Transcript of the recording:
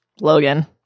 Logan